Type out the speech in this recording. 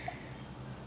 ya